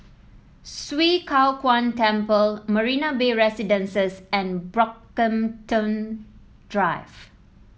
Swee Kow Kuan Temple Marina Bay Residences and Brockhampton Drive